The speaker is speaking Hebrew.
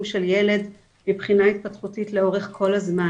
של ילד מבחינה התפתחותית לאורך כל הזמן,